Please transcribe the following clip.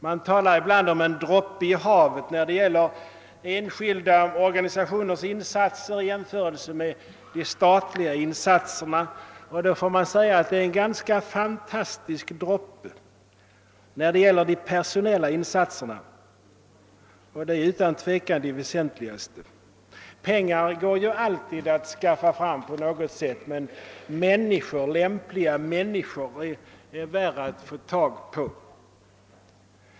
Man talar ibland om en droppe i havet när det gäller enskilda organisationers insatser i jämförelse med de statliga insatserna. Men i så fall är det fråga om en ganska fantastisk droppe när det gäller de personella insatserna, och de är utan tvivel de väsentligaste. Pengar går ju alltid att skaffa fram på något sätt, men lämpliga människor är det svårare att få tag på.